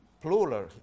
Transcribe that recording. Plural